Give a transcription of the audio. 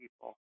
people